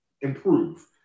improve